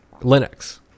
Linux